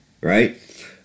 right